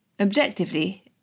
Objectively